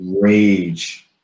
rage